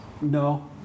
No